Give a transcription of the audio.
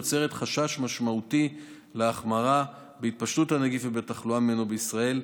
יוצרת חשש משמעותי מהחמרה בהתפשטות הנגיף ובתחלואה ממנו בישראל.